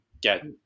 get